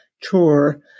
tour